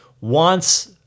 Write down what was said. wants